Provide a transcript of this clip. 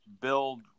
build